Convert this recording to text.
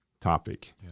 topic